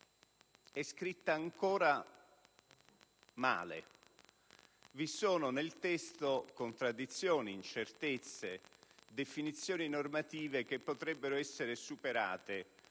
è scritta ancora male. Vi sono nel testo contraddizioni, incertezze, definizioni normative che potrebbero essere superate